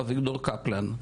אביגדור קפלן,